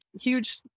huge